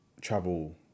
travel